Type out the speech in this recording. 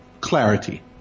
clarity